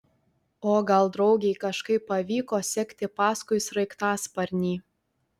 o gal draugei kažkaip pavyko sekti paskui sraigtasparnį